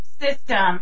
system